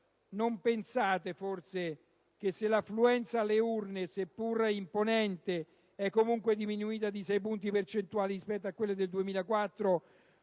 non pensate forse che se l'affluenza alle urne, seppur imponente, è comunque diminuita di 6 punti percentuali rispetto alle elezioni